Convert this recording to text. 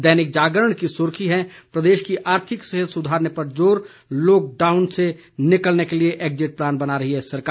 दैनिक जागरण की सुर्खी है प्रदेश की आर्थिक सेहत सुधारने पर जोर लॉकडाउन से निकलने के लिए एग्जिट प्लान बना रही सरकार